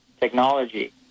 technology